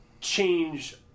change